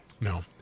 No